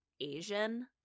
Asian